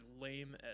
lame